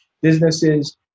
businesses